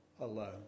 alone